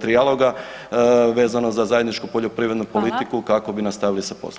trijaloga vezano za zajedničku poljoprivrednu politiku kako bi nastavili sa poslom.